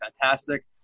fantastic